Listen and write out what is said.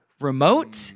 remote